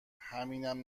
همینم